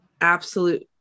Absolute